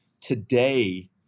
today